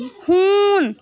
ہوٗن